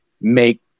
make